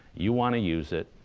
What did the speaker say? you want to use it.